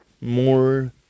more